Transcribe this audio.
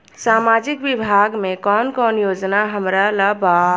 सामाजिक विभाग मे कौन कौन योजना हमरा ला बा?